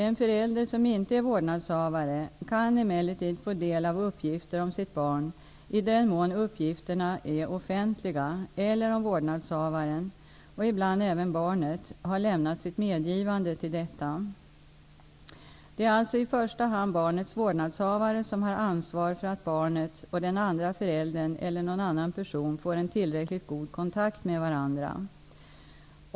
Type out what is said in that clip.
En förälder som inte är vårdnadshavare kan emellertid få del av uppgifter om sitt barn i den mån uppgifterna är offentliga eller om vårdnadshavaren, och ibland även barnet, har lämnat sitt medgivande till detta. Det är alltså i första hand barnets vårdnadshavare som har ansvar för att barnet och den andra föräldern eller någon annan person får en tillräckligt god kontakt med varandra.